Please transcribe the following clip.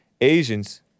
Asians